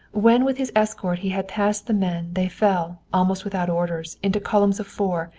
when with his escort he had passed the men they fell, almost without orders, into columns of four,